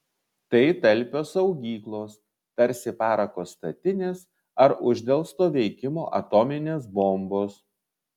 tai talpios saugyklos tarsi parako statinės ar uždelsto veikimo atominės bombos